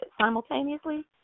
simultaneously